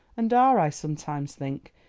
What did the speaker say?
and are, i sometimes think,